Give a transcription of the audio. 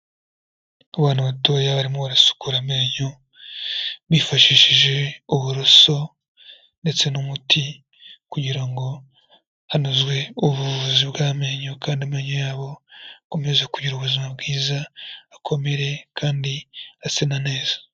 Abana batoya barimo barasukura amenyo, bifashishije uburoso ndetse n'umuti kugira ngo hanozwe ubuvuzi bw'amenyo kandi amenyo yabo akomeze kugira ubuzima bwiza, akomere kandi ase na neza.